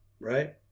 right